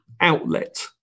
outlet